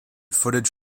footage